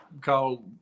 call